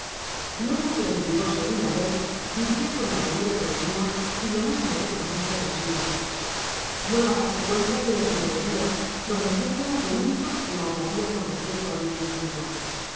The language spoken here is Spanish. luego que enviudó segunda vez vivia con la mayor economia y lo mas modestamente posible no la pasé cuentas de lo que me debia prometiéndola que nu nca la hablaria con respecto á dicho asunto bien